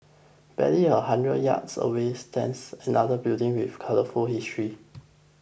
barely a hundred yards away stands another building with colourful history